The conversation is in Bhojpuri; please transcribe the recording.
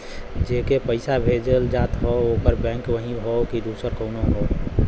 जेके पइसा भेजल जात हौ ओकर बैंक वही हौ कि दूसर कउनो हौ